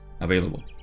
available